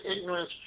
ignorance